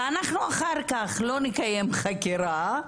ואנחנו אחר-כך לא נקיים חקירה,